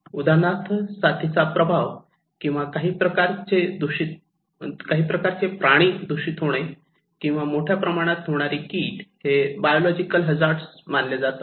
उदाहरणार्थ साथीचा प्रादुर्भाव किंवा काही प्रकारचे प्राणी दूषित होणे किंवा मोठ्या प्रमाणात होणारी कीड हे बायोलॉजिकल हजार्ड मानले जातात